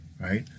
right